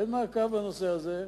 אין מעקב בנושא הזה.